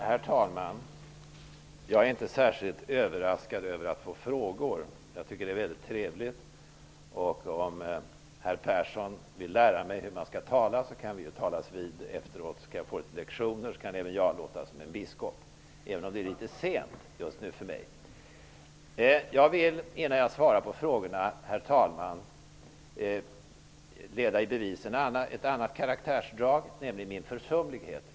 Herr talman! Jag är inte särskilt överraskad över att få frågor. Jag tycker att det är trevligt. Om herr Persson vill lära mig hur man skall tala kan vi talas vid efteråt. Om jag får några lektioner kan även jag låta som en biskop, även om det nu är litet sent påtänkt för min del. Innan jag svarar på frågorna vill jag, herr talman, leda i bevis ett annat karaktärsdrag, nämligen min försumlighet.